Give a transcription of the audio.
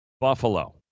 Buffalo